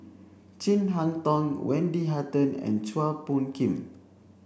Chin Harn Tong Wendy Hutton and Chua Phung Kim